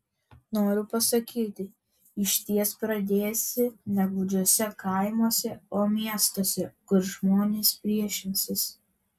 noriu pasakyti išties pradėsi ne gūdžiuose kaimuose o miestuose kur žmonės priešinsis